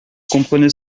comprenez